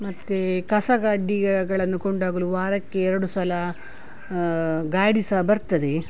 ಮತ್ತು ಕಸ ಕಡ್ಡಿಗಳನ್ನು ಕೊಂಡಾಗಲೂ ವಾರಕ್ಕೆ ಎರಡು ಸಲ ಗಾಡಿ ಸಹ ಬರ್ತದೆ